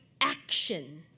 action